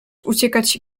uciekać